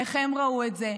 איך הם ראו את זה.